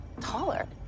taller